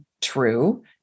true